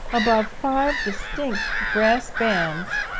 above five distinct brass bands,